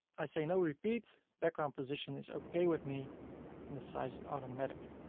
i say no repeat. background position is okay with me and the size automatic.